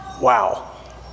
Wow